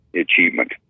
achievement